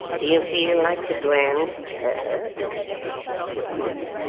do you feel like the grand turk said quilp.